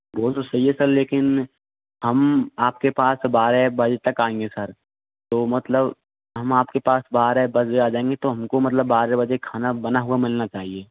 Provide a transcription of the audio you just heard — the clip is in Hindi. वो तो सही है सर लेकिन हम आपके पास बारह एक बजे तक आएँगे सर तो मतलब हम आपके पास बारह एक बजे आ जाएंगे तो हमको मतलब बारह बजे खाना बना हुआ मिलना चाहिए